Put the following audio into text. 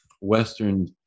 Western